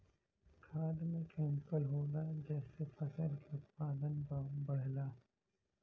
खाद में केमिकल होला जेसे फसल के उत्पादन बढ़ला